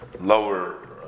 lower